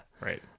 right